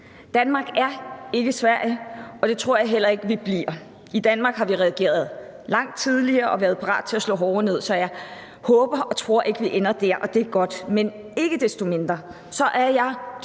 Danmark er ikke Sverige, og det tror jeg heller ikke vi bliver. I Danmark har vi reageret langt tidligere og været parate til at slå hårdere ned. Så jeg håber og tror ikke, at vi ender der, og det er godt, men ikke desto mindre er jeg dybt